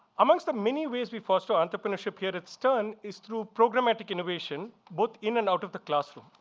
amongst the many ways we foster entrepreneurship here at stern is through programmatic innovation, both in and out of the classroom.